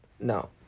No